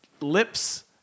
Lips